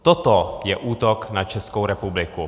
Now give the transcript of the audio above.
Toto je útok na Českou republiku.